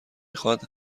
خواد